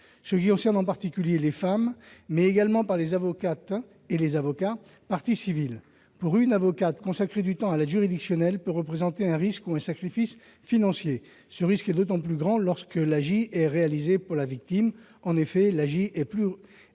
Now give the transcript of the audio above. cela concerne singulièrement les femmes -mais également par les avocates et avocats des parties civiles. Pour un avocat ou une avocate, consacrer du temps à l'aide juridictionnelle peut représenter un risque ou un sacrifice financier. Ce risque est d'autant plus grand lorsque l'AJ est réalisée pour la victime. En effet, l'AJ est plus